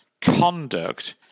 conduct